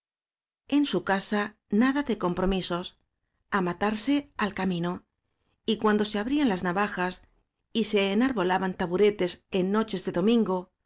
en su casa nada de compromisos a matarse al ca mino y cuando se abrían las navajas y se enarbolaban taburetes en noches de domingo